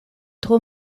tro